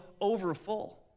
overfull